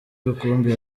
rukumbi